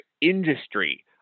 industry